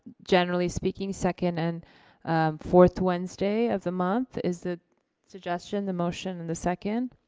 generally speaking second and fourth wednesday of the month is the suggestion, the motion and the second?